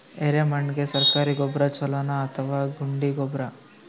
ಎರೆಮಣ್ ಗೆ ಸರ್ಕಾರಿ ಗೊಬ್ಬರ ಛೂಲೊ ನಾ ಅಥವಾ ಗುಂಡಿ ಗೊಬ್ಬರ?